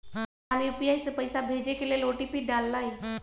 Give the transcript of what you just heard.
Ram UPI से पइसा भेजे के लेल ओ.टी.पी डाललई